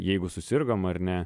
jeigu susirgom ar ne